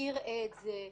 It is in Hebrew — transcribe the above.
מי יראה את זה?